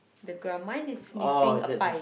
the ground mine is sniffing a pie